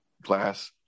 Glass